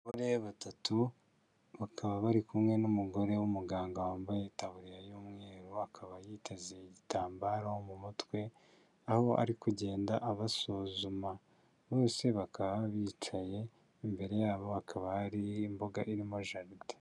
Abagore batatu bakaba bari kumwe n'umugore w'umuganga wambaye itaburiya y'umweru akaba yiteze igitambaro mu mutwe aho ari kugenda abasuzuma, bose bakaba bicaye imbere yabo hakaba hari imbuga irimo jaride.